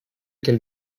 can